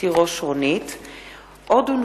גדעון עזרא וקבוצת חברי הכנסת,